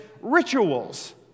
rituals